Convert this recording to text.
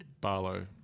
Barlow